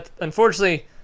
unfortunately